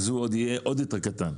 אז הוא יהיה עוד יותר קטן.